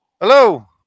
Hello